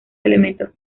elementos